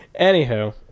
Anywho